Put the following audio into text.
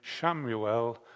Shamuel